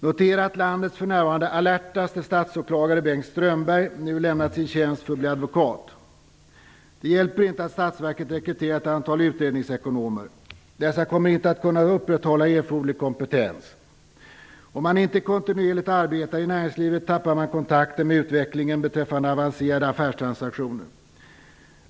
Notera att landets för närvarande alertaste statsåklagare Bengt Strömberg nu lämnat sin tjänst för att bli advokat. Det hjälper inte att statsverket rekryterar ett antal utredningsekonomer. Dessa kommer inte att kunna upprätthålla erforderlig kompetens. Om man inte kontinuerligt arbetar i näringslivet tappar man kontakten med utvecklingen beträffande avancerade affärstransaktioner.